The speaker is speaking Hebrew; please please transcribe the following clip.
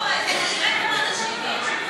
אורן, תראה כמה אנשים יש.